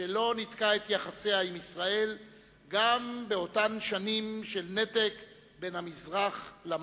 שלא ניתקה את יחסיה עם ישראל גם באותן שנים של נתק בין המזרח למערב.